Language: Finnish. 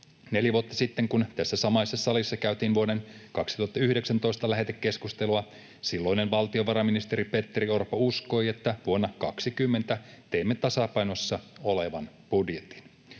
Neljä vuotta sitten, kun tässä samaisessa salissa käytiin vuoden 2019 lähetekeskustelua, silloinen valtiovarainministeri Petteri Orpo uskoi, että vuonna 20 teemme tasapainossa olevan budjetin.